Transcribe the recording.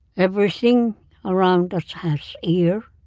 everything around us has ears